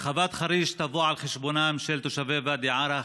הרחבת חריש תבוא על חשבונם של תושבי ואדי עארה,